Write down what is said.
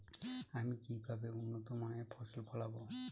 আমি কিভাবে উন্নত মানের ফসল ফলাব?